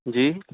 جی